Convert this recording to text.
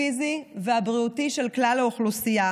הפיזי והבריאותי של כלל האוכלוסייה.